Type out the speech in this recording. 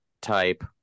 type